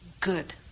good